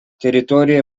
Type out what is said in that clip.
teritorija